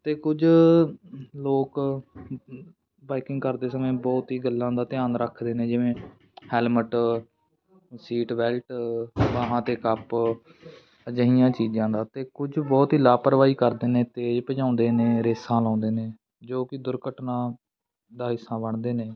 ਅਤੇ ਕੁਝ ਲੋਕ ਬਾਈਕਿੰਗ ਕਰਦੇ ਸਮੇਂ ਬਹੁਤ ਹੀ ਗੱਲਾਂ ਦਾ ਧਿਆਨ ਰੱਖਦੇ ਨੇ ਜਿਵੇਂ ਹੈਲਮਟ ਸੀਟ ਬੈਲਟ ਬਾਹਾਂ 'ਤੇ ਕੱਪ ਅਜਿਹੀਆਂ ਚੀਜ਼ਾਂ ਦਾ ਅਤੇ ਕੁਝ ਬਹੁਤ ਹੀ ਲਾਪਰਵਾਹੀ ਕਰਦੇ ਨੇ ਤੇਜ਼ ਭਜਾਉਂਦੇ ਨੇ ਰੇਸਾਂ ਲਾਉਂਦੇ ਨੇ ਜੋ ਕਿ ਦੁਰਘਟਨਾ ਦਾ ਹਿੱਸਾ ਬਣਦੇ ਨੇ